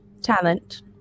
talent